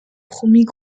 premiers